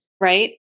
right